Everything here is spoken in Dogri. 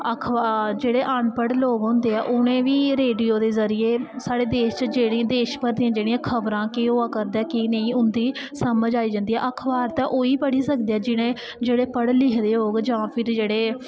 अखबार जेह्ड़े अनपढ़ लोग होंदे ऐं उ'नें बी रेडियो दे जरिये साढ़े देश च साढ़े देश भर दियां जेह्ड़ियां खबरां केह् होआ करदा ऐ केह् नेईं उं'दी समझ आई जंदी ऐ अखबार ते ओह् ई पढ़ी सकदे ऐ जि'नें जेह्ड़े पढ़े लिखे दे होग जां फिर जेह्ड़े